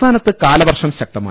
സംസ്ഥാനത്ത് കാലവർഷം ശക്തമായി